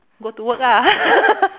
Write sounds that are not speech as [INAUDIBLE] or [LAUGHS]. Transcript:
go to work lah [LAUGHS]